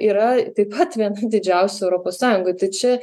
yra tai pat viena didžiausių europos sąjungoj tai čia